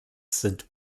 sind